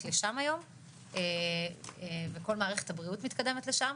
לשם היום וכל מערכת הבריאות מתקדמת לשם,